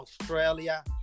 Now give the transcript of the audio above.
Australia